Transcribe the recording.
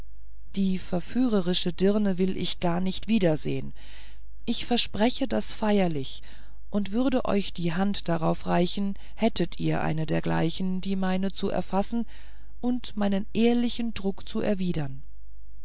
die verführerische dirne will ich gar nicht wiedersehen ich verspreche das feierlich und würde euch die hand darauf reichen hättet ihr eine dergleichen die meine zu erfassen und meinen ehrlichen druck zu erwidern